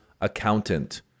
accountant